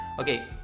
okay